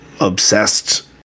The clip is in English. obsessed